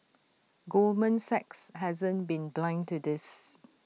Goldman Sachs hasn't been blind to this